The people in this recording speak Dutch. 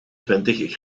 twintig